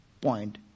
point